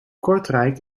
kortrijk